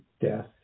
death